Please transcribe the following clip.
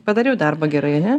padariau darbą gerai ane